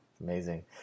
Amazing